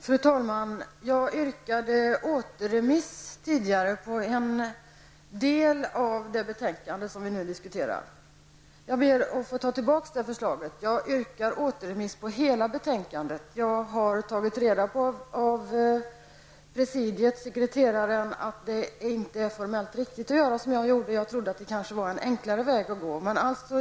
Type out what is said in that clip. Fru talman! Jag yrkade tidigare återremiss av en del av det betänkande som vi nu diskuterar. Jag ber att få ta tillbaka det förslaget. I stället yrkar jag återremiss av hela betänkandet. Jag har av sekreteraren i presidiet fått veta att det inte är formellt riktigt att göra som jag gjorde. Jag trodde att det var en enklare väg att gå.